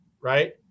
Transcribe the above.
right